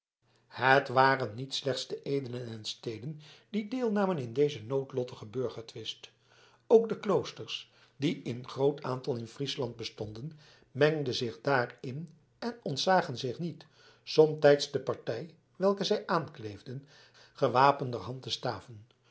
het waren niet slechts de edelen en steden die deel namen in dezen noodlottigen burgertwist ook de kloosters die in groot aantal in friesland bestonden mengden zich daarin en ontzagen zich niet somtijds de partij welke zij aankleefden gewapenderhand te staven